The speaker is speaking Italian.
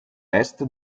est